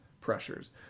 pressures